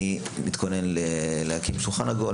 אני מתכונן להקים שולחן עגול,